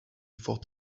fod